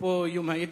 אפרופו יום היידיש,